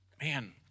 man